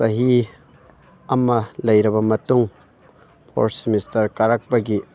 ꯆꯍꯤ ꯑꯃ ꯂꯩꯔꯕ ꯃꯇꯨꯡ ꯐꯣꯔ ꯁꯤꯃꯤꯁꯇꯔ ꯀꯥꯔꯛꯄꯒꯤ